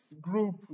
group